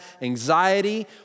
anxiety